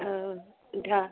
ଆଉ ତ